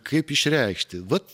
kaip išreikšti vat